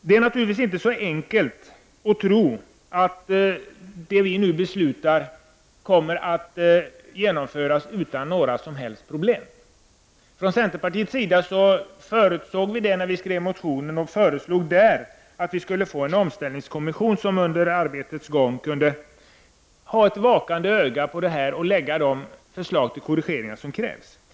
Det är naturligtvis inte så enkelt att tro att det som vi i dag kommer att fatta beslut om kommer att genomföras utan några som helst problem. Vi i centerpartiet förutsåg det när vi skrev vår motion och föreslog att det skulle tillsättas en omställningskommission som under arbetets gång skulle kunna hålla ett vakande öka på detta och föreslå korrigeringar där sådana krävs.